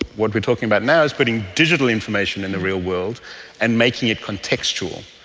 what we are talking about now is putting digital information in the real world and making it contextual.